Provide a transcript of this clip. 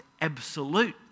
absolute